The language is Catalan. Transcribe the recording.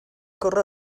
corre